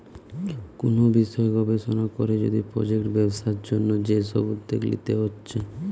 কুনু বিষয় গবেষণা কোরে যদি প্রজেক্ট ব্যবসার জন্যে যে সব উদ্যোগ লিতে হচ্ছে